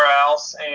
else